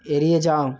এড়িয়ে যাও